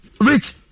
Rich